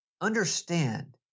understand